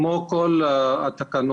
כמו כל התקנות,